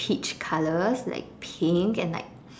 peach colours like pink and like